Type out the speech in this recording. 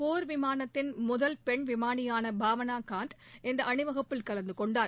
போர்விமானத்தின் முதல் பெண் விமாளியான பாவனா காந்த் இந்த அணிவகுப்பில் கலந்துகொண்டார்